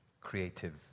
creative